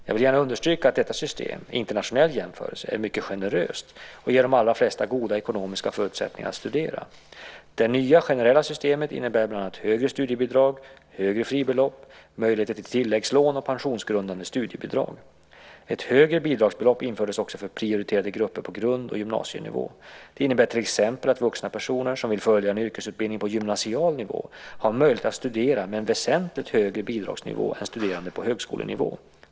Jag vill gärna understryka att detta system, i en internationell jämförelse, är mycket generöst och ger de allra flesta goda ekonomiska förutsättningar att studera. Det nya generella systemet innebär bland annat högre studiebidrag, högre fribelopp, möjlighet till tilläggslån och pensionsgrundande studiebidrag. Ett högre bidragsbelopp infördes också för prioriterade grupper på grundskole och gymnasienivå. Det innebär till exempel att vuxna personer som vill följa en yrkesutbildning på gymnasial nivå har möjlighet att studera med en väsentligt högre bidragsnivå än studerande på högskolenivå.